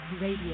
Radio